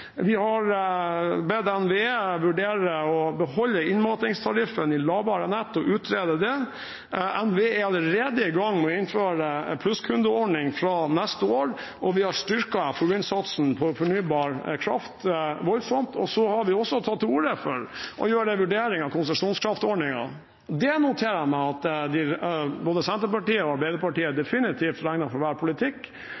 Vi har bedt NVE vurdere å beholde innmatingstariffen i lavere nett og utrede det. NVE er allerede i gang med å innføre en plusskundeordning fra neste år, og vi har styrket innsatsen på fornybar kraft voldsomt. Vi har også tatt til orde for å gjøre en vurdering av konsesjonskraftordningene. Det noterer jeg meg at både Senterpartiet og Arbeiderpartiet